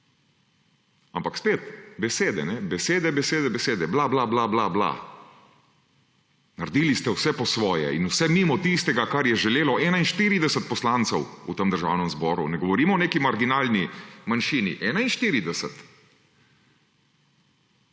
ampak spet besede, besede, besede; bla, bla, bla. Naredili ste vse po svoje in vse mimo tistega, kar je želelo 41 poslancev v tem državnem zboru. Ne govorimo o neki marginalni manjši – 41!